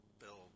build